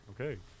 Okay